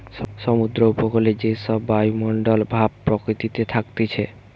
সমুদ্র উপকূলে যে সব বায়ুমণ্ডল ভাব প্রকৃতিতে থাকতিছে